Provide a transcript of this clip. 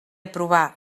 aprovar